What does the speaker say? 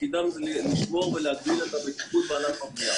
תפקידם לשמור ולהגדיל את הבטיחות בענף הבנייה.